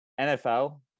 nfl